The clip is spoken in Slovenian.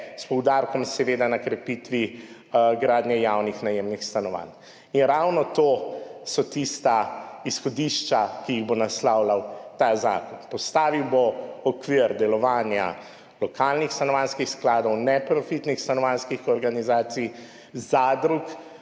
s poudarkom seveda na krepitvi gradnje javnih najemnih stanovanj. Ravno to so tista izhodišča, ki jih bo naslavljal ta zakon. Postavil bo okvir delovanja lokalnih stanovanjskih skladov, neprofitnih stanovanjskih organizacij, zadrug,